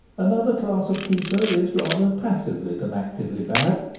another class of keeper is rather passively than actively bad.